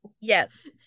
yes